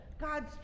God's